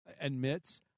admits